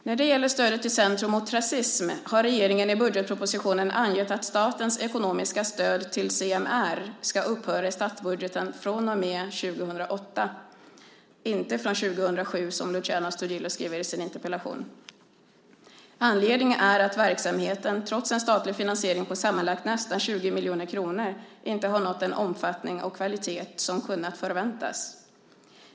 När det gäller stödet till Centrum mot rasism har regeringen i budgetpropositionen angett att statens ekonomiska stöd till CMR ska upphöra i statsbudgeten från och med 2008 - inte från 2007 som Luciano Astudillo skriver i sin interpellation. Anledningen är att verksamheten, trots en statlig finansiering på sammanlagt nästan 20 miljoner kronor, inte har nått den omfattning och kvalitet som kunnat förväntas.